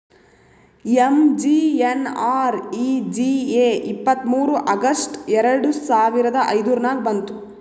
MGNREGA ಇಪ್ಪತ್ತ್ಮೂರ್ August ಎರಡು ಸಾವಿರದ ಐಯ್ದುರ್ನಾಗ್ ಬಂತು